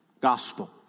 gospel